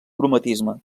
cromatisme